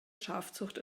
schafzucht